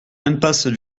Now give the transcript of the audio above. impasse